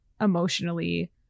emotionally